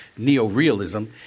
neorealism